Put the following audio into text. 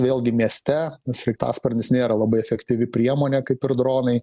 vėlgi mieste sraigtasparnis nėra labai efektyvi priemonė kaip ir dronai